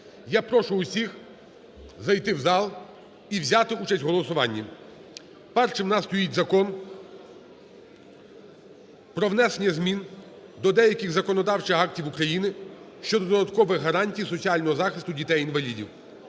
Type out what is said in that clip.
Я прошу усіх зайти в зал і взяти участь у голосуванні. Першим у нас стоїть Закон про внесення змін до деяких законодавчих актів України щодо додаткових гарантій соціального захисту дітей-інвалідів.